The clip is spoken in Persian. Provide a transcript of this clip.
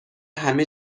همه